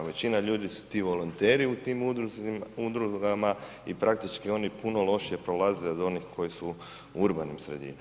Većina ljudi su ti volonteri u tim udrugama i praktički oni puno lošije prolaze od onih koji su u urbanim sredinama.